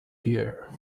here